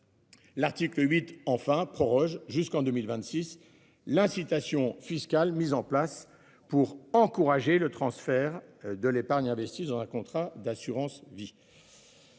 L'article 8 enfin proroge jusqu'en 2026. L'incitation. Cal mises en place pour encourager le transfert de l'épargne des. S'ils ont un contrat d'assurance-vie.